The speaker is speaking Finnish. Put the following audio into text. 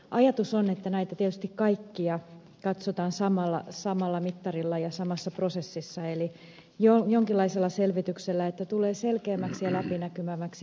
ajatus on että tietysti näitä kaikkia katsotaan samalla mittarilla ja samassa prosessissa eli jonkinlaisella selvityksellä niin että järjestelmä tulee selkeämmäksi ja läpinäkyvämmäksi